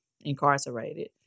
incarcerated